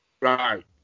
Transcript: Right